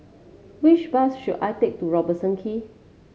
which bus should I take to Robertson Quay